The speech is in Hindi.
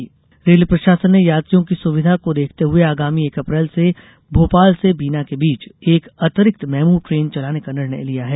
मेमू ट्रेन रेल प्रशासन ने यात्रियों की सुविधा के देखते हुये आगामी एक अप्रैल से भोपाल से बीना के बीच एक अतिरिक्त मेमू ट्रेन चलाने का निर्णय लिया है